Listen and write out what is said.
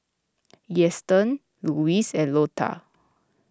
Easton Lewis and Lotta